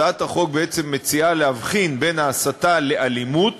הצעת החוק בעצם מציעה להבחין בין ההסתה לאלימות